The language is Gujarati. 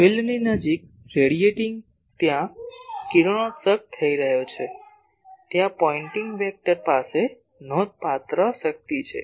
ફિલ્ડની નજીક રેડિએટીંગ ત્યાં કિરણોત્સર્ગ થઈ રહ્યો છે ત્યાં પોઇંટિંગ વેક્ટર પાસે નોંધપાત્ર શક્તિ છે